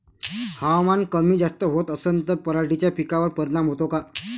हवामान कमी जास्त होत असन त पराटीच्या पिकावर परिनाम होते का?